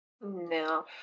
No